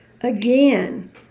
Again